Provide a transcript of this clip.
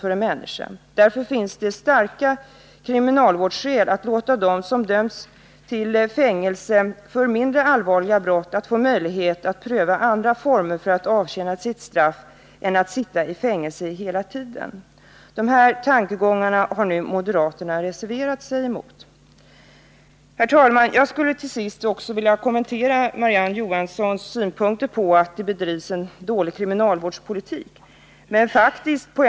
Därför finns det från kriminalvårdssynpunkt starka skäl för att låta dem som dömts till fängelse för mindre allvarliga brott få möjlighet att pröva andra former för att avtjäna straffet än att sitta i fängelse hela tiden. — Dessa tankegångar har moderaterna reserverat sig emot. Herr talman! Jag skulle till sist också vilja kommentera Marie-Ann Johanssons synpunkter på kriminalvårdspolitiken, som hon ansåg vara dålig.